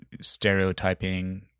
stereotyping